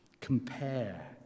compare